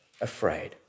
afraid